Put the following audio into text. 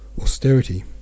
austerity